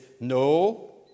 no